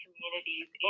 communities